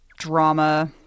drama